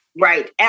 Right